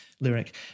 Lyric